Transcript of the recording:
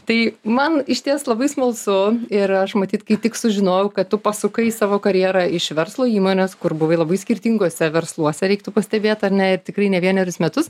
tai man išties labai smalsu ir aš matyt kai tik sužinojau kad tu pasukai savo karjerą iš verslo įmonės kur buvai labai skirtinguose versluose reiktų pastebėt ar ne ir tikrai ne vienerius metus